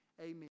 Amen